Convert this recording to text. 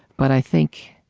but i think